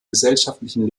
gesellschaftlichen